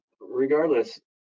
regardless